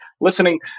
listening